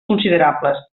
considerables